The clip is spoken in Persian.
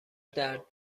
درد